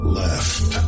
left